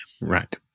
right